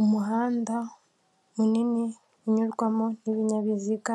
Umuhanda munini unyurwamo n'ibinyabiziga